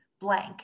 blank